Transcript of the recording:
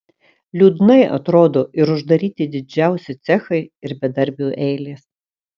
liūdnai atrodo ir uždaryti didžiausi cechai ir bedarbių eilės